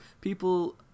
People